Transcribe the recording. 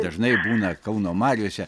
dažnai būna kauno mariose